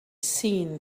seen